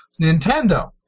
Nintendo